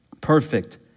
perfect